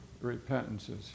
repentances